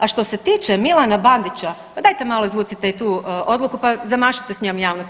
A što se tiče Milana Bandića, pa dajte malo izvucite i tu odluku, pa zamašite s njom javnosti.